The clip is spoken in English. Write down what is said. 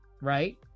right